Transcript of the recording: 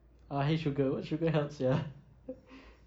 ah !hey! sugar what sugar health sia